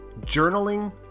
journaling